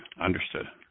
Understood